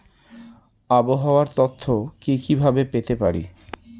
আবহাওয়ার তথ্য কি কি ভাবে পেতে পারি?